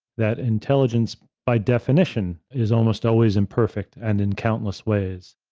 that intelligence, by definition, is almost always imperfect and in countless ways,